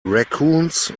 raccoons